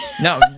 No